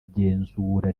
igenzura